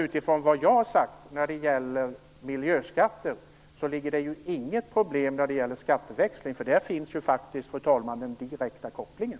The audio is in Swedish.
Utifrån vad jag har sagt om miljöskatt finns det inga problem med skatteväxling. Där finns ju faktiskt, fru talman, den direkta kopplingen.